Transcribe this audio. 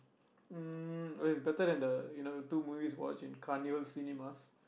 mm oh it's better than the you know the two movies we watch in carnival cinemas